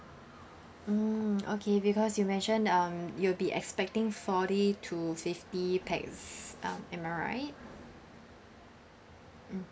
mm okay because you mentioned um you'll be expecting forty to fifty pax um am I right mm